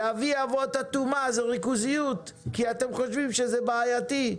ואבי אבות הטומאה זה ריכוזיות כי אתם חושבים שזה בעייתי,